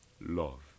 love